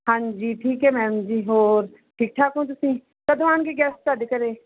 ਹਾਂਜੀ ਠੀਕ ਹੈ ਮੈਮ ਜੀ ਹੋਰ ਠੀਕ ਠਾਕ ਹੋ ਤੁਸੀਂ ਕਦੋਂ ਆਉਣਗੇ ਗੈਸਟ ਤੁਹਾਡੇ ਘਰ